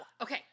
Okay